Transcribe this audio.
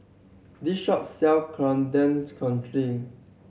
this shop sell Coriander Chutney